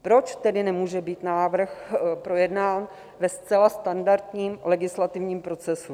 Proč tedy nemůže být návrh projednán ve zcela standardním legislativním procesu?